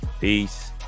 Peace